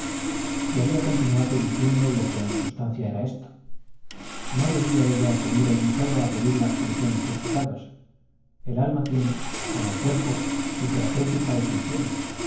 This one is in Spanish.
y había continuado diciendo lo que en sustancia era esto no debía ella acudir allí sólo a pedir la absolución de sus pecados el alma tiene como el cuerpo su terapéutica y su higiene